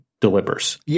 delivers